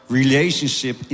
relationship